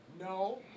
No